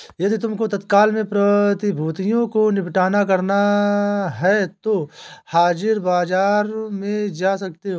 यदि तुमको तत्काल में प्रतिभूतियों को निपटान करना है तो हाजिर बाजार में जा सकते हो